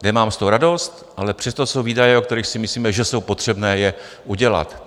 Nemám z toho radost, ale přesto jsou výdaje, o kterých si myslíme, že je potřebné je udělat.